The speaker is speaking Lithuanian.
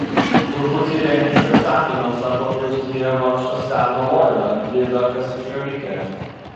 turbūt ji rengiasi egzaminams arba pjaustinėja vargšą seną loydą jei dar kas iš jo likę